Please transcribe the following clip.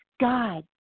God